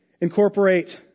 incorporate